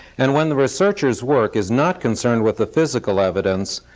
and when the researcher's work is not concerned with the physical evidence,